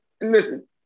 listen